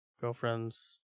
girlfriends